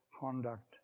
conduct